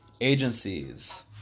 agencies